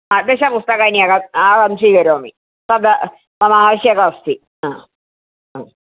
दश पुस्तकानि अहं अहं स्वीकरोमि तत् मम आवश्यकम् अस्ति